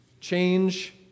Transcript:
change